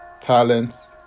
talents